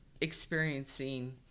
experiencing